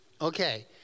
Okay